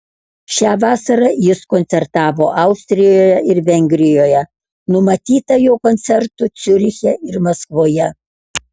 šią vasarą jis koncertavo austrijoje ir vengrijoje numatyta jo koncertų ciuriche ir maskvoje